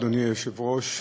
אדוני היושב-ראש,